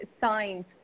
signs